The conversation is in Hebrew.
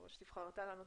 נזק מערכתי.